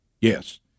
Yes